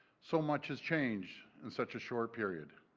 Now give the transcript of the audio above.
so much has changed in such a short period.